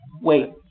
Wait